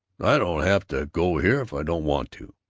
i don't have to go here if i don't want to!